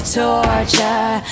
torture